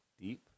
deep